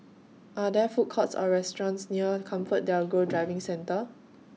Are There Food Courts Or restaurants near ComfortDelGro Driving Centre